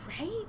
Right